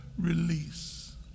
release